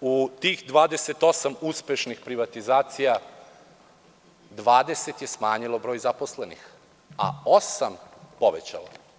u tih 28 uspešnih privatizacija 20 je smanjilo broj zaposlenih, a osam povećalo.